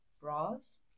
bras